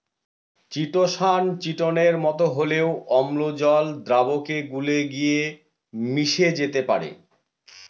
chitosan চিটোনের মতো হলেও অম্ল জল দ্রাবকে গুলে গিয়ে মিশে যেতে পারে